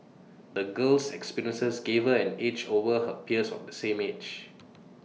the girl's experiences gave her an edge over her peers of the same age